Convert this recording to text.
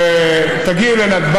זה מזכיר לי גם,